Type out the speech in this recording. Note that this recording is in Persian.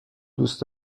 دوست